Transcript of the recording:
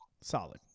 solid